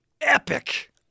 epic